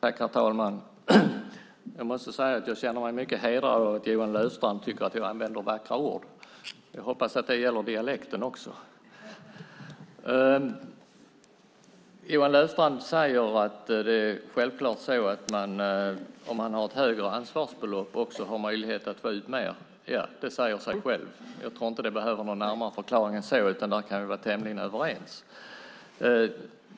Herr talman! Jag måste säga att jag känner mig mycket hedrad av att Johan Löfstrand tyckte att jag använde vackra ord. Jag hoppas att det gäller även dialekten. Johan Löfstrand säger att om man har ett högre ansvarsbelopp har man möjlighet att få ut mer. Det säger sig självt, jag tror inte att det behöver någon närmare förklaring än så, utan där kan vi vara tämligen överens.